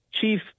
chief